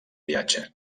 viatge